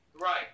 Right